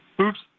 Oops